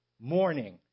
morning